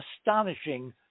astonishing